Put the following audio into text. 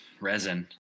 resin